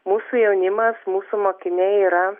mūsų jaunimas mūsų mokiniai yra